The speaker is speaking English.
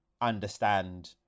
understand